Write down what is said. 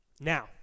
Now